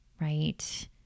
right